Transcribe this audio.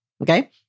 okay